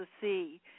see